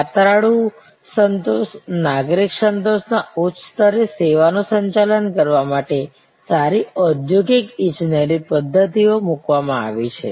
યાત્રાળુ સંતોષ નાગરિક સંતોષના ઉચ્ચ સ્તરે સેવાનું સંચાલન કરવા માટે સારી ઔદ્યોગિક ઇજનેરી પદ્ધતિઓ મૂકવામાં આવી છે